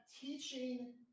teaching